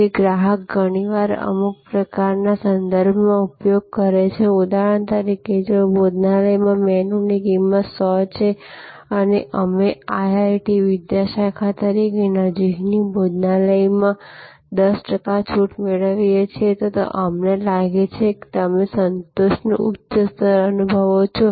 તેથી ગ્રાહક ઘણીવાર અમુક પ્રકારના સંદર્ભનો ઉપયોગ કરે છે ઉદાહરણ તરીકે જો ભોજનાલયમાં મેનૂની કિંમત 100 છે અને અમે IIT વિધ્યાશાખા તરીકે નજીકની ભોજનાલય માં 10 ટકા છૂટ મેળવીએ છીએ તો અમને લાગે છે કે તમે સંતોષનુ ઉચ્ચ સ્તર અનુભવો છો